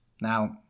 Now